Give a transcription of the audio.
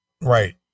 Right